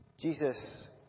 Jesus